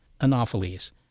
Anopheles